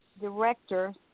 Director